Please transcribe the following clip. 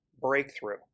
breakthrough